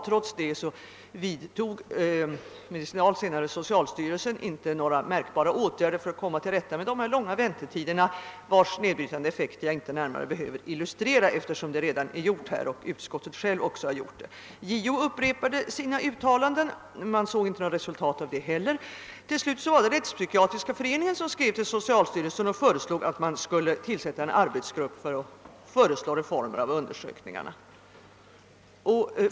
Trots detta vidtog medicinalstyrelsen, senare socialstyrelsen, inte några märkbara åtgärder för att söka komma till rätta med de långa väntetiderna, vilkas nedbrytande effekter jag inte närmare behöver illustrera, eftersom andra talare här och även utskottet självt har gjort det. JO upprepade sina uttalanden, men såg inga resultat av det heller. Till slut var det Rättspsykiatriska föreningen som skrev till socialstyrelsen och hemställde att man skulle tillsätta en arbetsgrupp som skulle kunna föreslå reformer i anledning av undersökningarna.